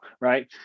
right